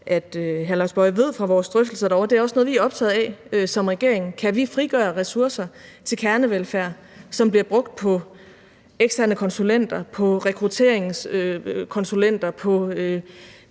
Boje Mathiesen ved fra vores drøftelser derovre. Det er også noget, vi er optaget af som regering: Kan vi frigøre ressourcer til kernevelfærd, som bliver brugt på eksterne konsulenter, på rekrutteringskonsulenter, på